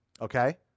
Okay